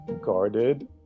guarded